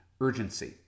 urgency